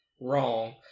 wrong